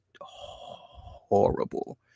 horrible